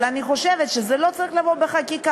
אבל אני חושבת שזה לא צריך לבוא בחקיקה,